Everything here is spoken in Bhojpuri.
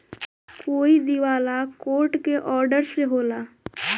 कोई दिवाला कोर्ट के ऑर्डर से होला